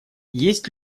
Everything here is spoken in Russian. есть